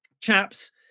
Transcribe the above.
chaps